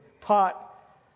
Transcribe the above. taught